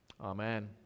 Amen